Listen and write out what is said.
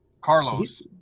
Carlos